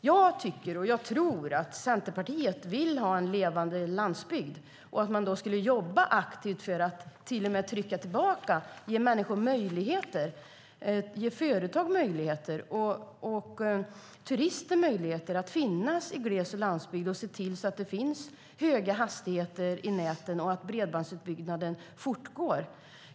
Jag tror att Centerpartiet vill ha en levande landsbygd och tycker att man då borde jobba aktivt för att till och med trycka tillbaka, ge människor, företag och turister möjligheter att finnas i gles och landsbygd och se till att det finns höga hastigheter i näten och att bredbandsutbyggnaden fortgår.